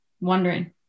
wondering